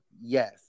yes